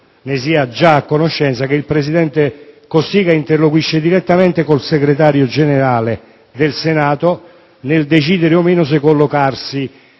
ne sia già a conoscenza, che il presidente Cossiga interloquisce direttamente con il Segretario generale del Senato nel decidere o meno se collocarsi